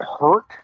hurt